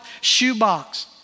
shoebox